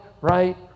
right